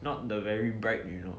not the very bright you know